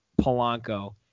Polanco